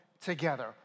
together